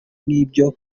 nk’ibyo